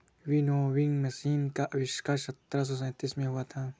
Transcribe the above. winnowing machine का आविष्कार सत्रह सौ सैंतीस में हुआ था